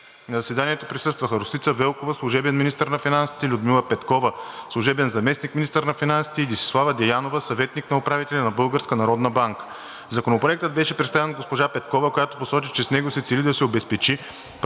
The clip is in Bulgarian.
На заседанието присъстваха: Росица Велкова – служебен министър на финансите, Людмила Петкова – служебен заместник-министър на финансите, и Десислава Деянова – съветник на управителя на Българската народна банка. Законопроектът беше представен от госпожа Петкова, която посочи, че с него се цели да се обезпечи правото